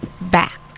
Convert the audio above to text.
back